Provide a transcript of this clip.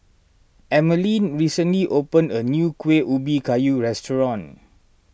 Emmaline recently opened a new Kuih Ubi Kayu restaurant